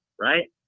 right